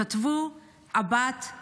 כתבו בפרוטוקול שהבת,